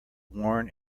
worn